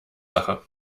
sache